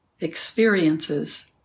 experiences